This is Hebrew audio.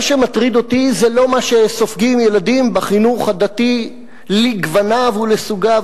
מה שמטריד אותי זה לא מה שסופגים ילדים בחינוך הדתי לגווניו ולסוגיו,